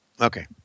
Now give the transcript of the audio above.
Okay